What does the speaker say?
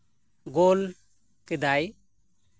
ᱜᱳᱞ ᱠᱮᱫᱟᱭ